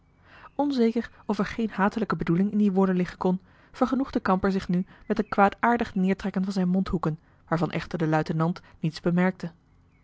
onzeker of er geen hatelijke bedoeling in die woorden liggen kon vergenoegde kamper zich nu met een kwaadaardig neertrekken van zijn mondhoeken waarvan echter de luitenant niets bemerkte